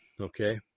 okay